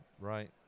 right